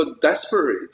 desperate